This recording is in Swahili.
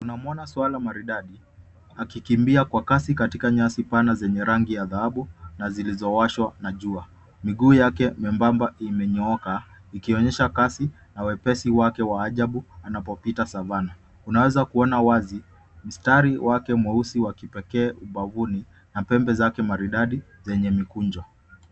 Tunamwona swala maridadi akikimbia kwa kasi katika nyasi pana zenye rangi ya dhahabu na zilizowashwa na jua. Miguu yake membamba imenyooka ikionyesha kasi na wepesi wake wa ajabu anapopita savana. Tunaweza kuona wazi mstari wake mweusi wa kipekee ubavuni na pembeni zake maridadi zenye mikunjo.